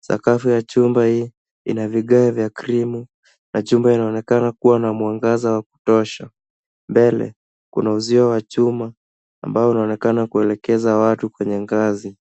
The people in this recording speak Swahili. Sakafu ya chumba hii ina vigae vya krimu na chumba inaonekana kuwa na mwangaza wa kutosha. Mbele kuna uzio wa chuma ambao unaonekana kuelekeza watu kwenye ngazi.